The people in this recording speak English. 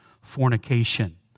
fornication